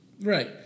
Right